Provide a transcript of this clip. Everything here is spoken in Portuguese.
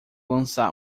lançar